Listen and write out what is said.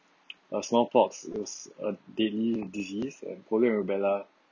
uh small pox was a deadly disease and polio and rubella